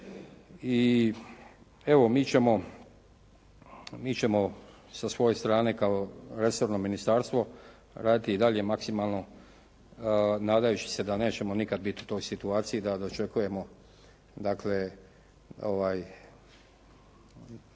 i evo mi ćemo sa svoje strane kao resorno ministarstvo raditi i dalje maksimalno nadajući se da nećemo nikada biti u toj situaciji da očekujemo dakle, nadamo